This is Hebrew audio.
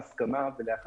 לקבלת